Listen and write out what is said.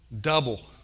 Double